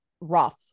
rough